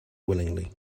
willingly